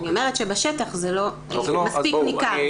אני אומרת שבשטח זה לא מספיק ניכר.